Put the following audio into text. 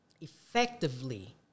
effectively